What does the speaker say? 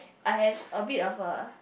I have a bit of a